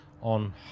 on